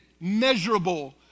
measurable